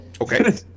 Okay